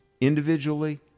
individually